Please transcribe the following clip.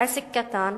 עסק קטן,